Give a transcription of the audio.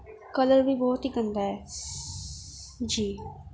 colour بھی بہت ہی گندہ ہے جی